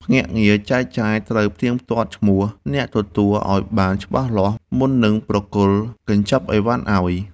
ភ្នាក់ងារចែកចាយត្រូវផ្ទៀងផ្ទាត់ឈ្មោះអ្នកទទួលឱ្យបានច្បាស់លាស់មុននឹងប្រគល់កញ្ចប់អីវ៉ាន់ឱ្យ។